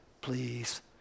please